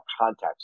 context